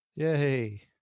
Yay